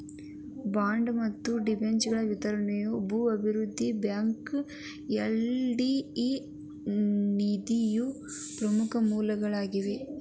bond ಮತ್ತ ಡಿಬೆಂಚರ್ಗಳ ವಿತರಣಿ ಭೂ ಅಭಿವೃದ್ಧಿ ಬ್ಯಾಂಕ್ಗ ಎಲ್.ಡಿ.ಬಿ ನಿಧಿದು ಪ್ರಮುಖ ಮೂಲವಾಗೇದ